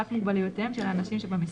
אף מוגבלויותיהם של האנשים שבמסגרת,